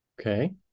okay